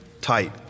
tight